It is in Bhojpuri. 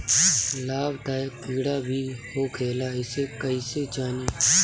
लाभदायक कीड़ा भी होखेला इसे कईसे जानी?